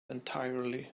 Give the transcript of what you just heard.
entirely